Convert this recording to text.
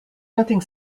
nothing